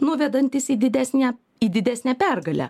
nuvedantis į didesnę į didesnę pergalę